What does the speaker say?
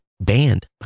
banned